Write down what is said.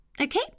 Okay